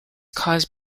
caused